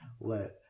let